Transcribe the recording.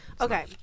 Okay